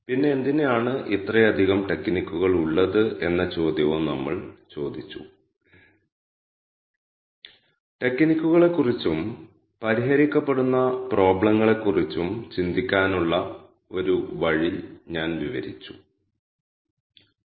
ഈ ലെക്ച്ചറിൽ R ൽ K മീൻസ് അൽഗോരിതം എങ്ങനെ നടപ്പിലാക്കാം എന്ന് വിശദീകരിക്കാൻ ഞങ്ങൾ ഉപയോഗിക്കുന്ന ഒരു കേസ് പഠനത്തിലേക്ക് നിങ്ങളെ പരിചയപ്പെടുത്തുകയാണ് ഞങ്ങൾ ചെയ്യാൻ പോകുന്നത്